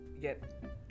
get